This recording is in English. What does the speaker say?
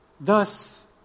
Thus